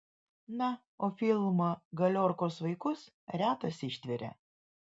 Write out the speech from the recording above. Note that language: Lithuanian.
na o filmą galiorkos vaikus retas ištveria